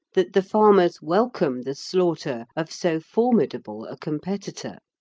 that the farmers welcome the slaughter of so formidable a competitor!